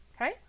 Okay